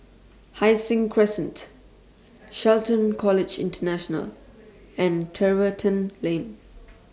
Hai Sing Crescent Shelton College International and Tiverton Lane